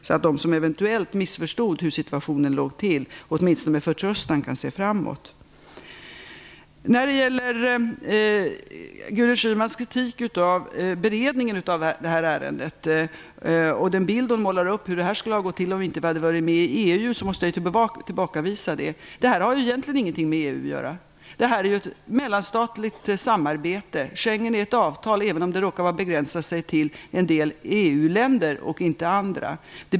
Då kan de som eventuellt missförstod hur situationen låg till åtminstone se framåt med förtröstan. Gudrun Schymans kritik av beredningen av ärendet och den bild hon målar upp av hur det skulle ha gått till om vi inte hade varit medlem i EU måste jag tillbakavisa. Detta har ju egentligen ingenting med EU att göra. Det är fråga om ett mellanstatligt samarbete. Schengen är ett avtal, även om omfattningen råkar vara begränsad till en del EU-länder och inte andra.